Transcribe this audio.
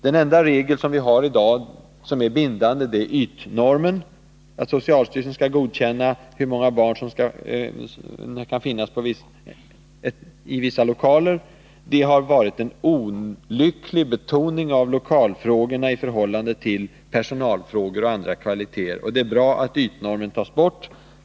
Den enda bindande regel som finns i dag är ytnormen, dvs. att socialstyrelsen skall godkänna hur många barn som skall vistas i vissa lokaler. Detta har varit en olycklig betoning av lokalfrågorna i förhållande till personalfrågor och andra kvalitetsfrågor. Det är bra att ytnormen tas bort.